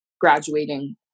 graduating